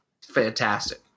Fantastic